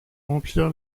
remplir